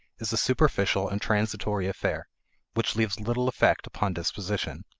is a superficial and transitory affair which leaves little effect upon disposition.